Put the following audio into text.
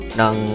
ng